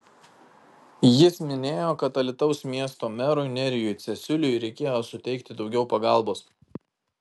jis minėjo kad alytaus miesto merui nerijui cesiuliui reikėjo suteikti daugiau pagalbos